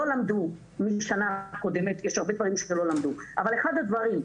לא למדו משנה קודמת יש הרבה פעמים שלא למדו אבל ראינו